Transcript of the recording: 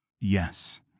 Yes